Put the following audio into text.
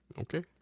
Okay